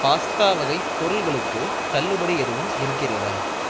pasta வகை பொருட்களுக்கு தள்ளுபடி எதுவும் இருக்கிறதா